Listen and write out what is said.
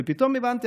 ופתאום הבנתי,